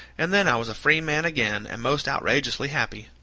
and then i was a free man again and most outrageously happy.